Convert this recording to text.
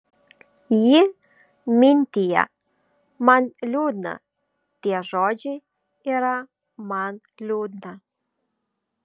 ji mintija man liūdna tie žodžiai yra man liūdna